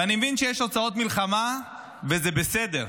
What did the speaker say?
ואני מבין שיש הוצאות מלחמה, וזה בסדר,